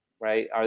right